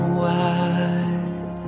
wide